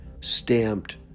stamped